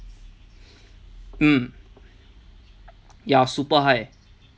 mm ya super high